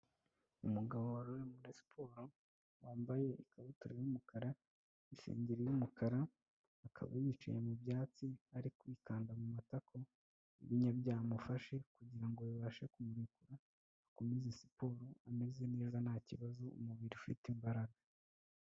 Umugabo wari uri muri siporo wambaye ikabutura y'umukara, isengeri y'umukara, akaba yicaye mu byatsi ari kwikanda mu matako ibinya byamufashe, kugira ngo bibashe kumurekura akomeze siporo, ameze neza, nta kibazo umubiri ufite imbaraga.